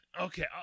Okay